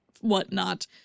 whatnot